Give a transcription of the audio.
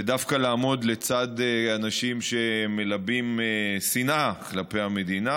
ודווקא לעמוד לצד אנשים שמלבים שנאה כלפי המדינה